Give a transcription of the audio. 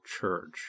Church